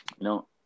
No